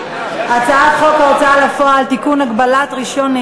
התשע"ג 2013,